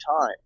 time